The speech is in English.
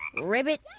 ribbit